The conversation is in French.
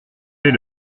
fait